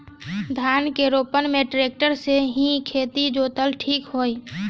धान के रोपन मे ट्रेक्टर से की हल से खेत जोतल ठीक होई?